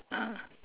ah